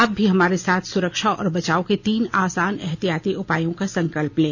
आप भी हमारे साथ सुरक्षा और बचाव के तीन आसान एहतियाती उपायों का संकल्प लें